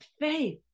faith